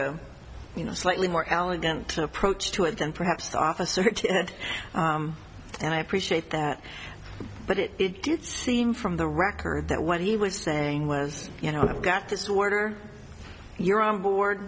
you know slightly more elegant approach to it than perhaps officer and i appreciate that but it did seem from the record that what he was saying was you know i've got this order you're on board